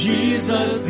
Jesus